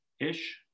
ish